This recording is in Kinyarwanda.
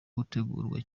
gutegurwa